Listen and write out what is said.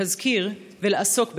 להזכיר ולעסוק בכך.